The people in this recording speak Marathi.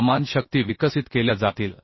समान शक्ती विकसित केल्या जातील